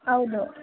ಹೌದು